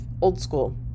old-school